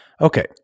Okay